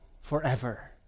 forever